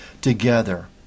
together